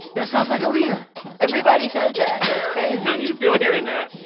that sounds like aaliyah everybody says that. that's crazy how do you feel hearing that?